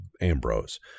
Ambrose